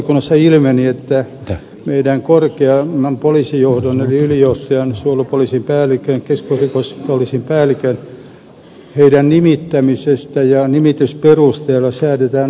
nimittäin perustuslakivaliokunnassa ilmeni että meidän korkeimman poliisijohdon eli ylipäällikön suojelupoliisin päällikön keskusrikospoliisin päällikön nimittämisestä ja nimitysperusteista säädetään asetuksella